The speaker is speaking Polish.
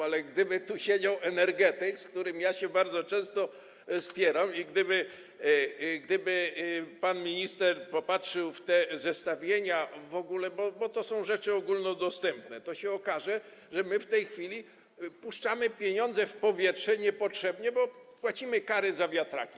Ale gdyby tu siedział energetyk, z którym ja się bardzo często spieram, i gdyby pan minister popatrzył na te zestawienia, bo to są rzeczy ogólnodostępne, toby się okazało, że my w tej chwili puszczamy pieniądze w powietrze niepotrzebnie, bo płacimy kary za wiatraki.